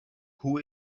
who